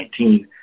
2019